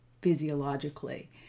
physiologically